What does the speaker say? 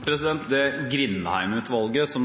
det gjelder Grindheim-utvalget, som